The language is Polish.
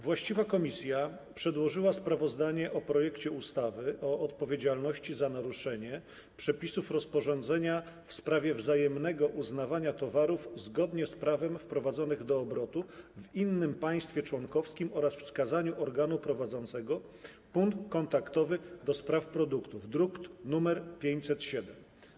Właściwa komisja przedłożyła sprawozdanie o projekcie ustawy o odpowiedzialności za naruszenie przepisów rozporządzenia w sprawie wzajemnego uznawania towarów zgodnie z prawem wprowadzonych do obrotu w innym państwie członkowskim oraz wskazaniu organu prowadzącego punkt kontaktowy do spraw produktów, druk nr 507.